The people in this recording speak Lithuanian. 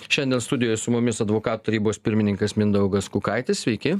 šiandien studijoje su mumis advokatų tarybos pirmininkas mindaugas kukaitis sveiki